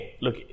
Look